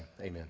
Amen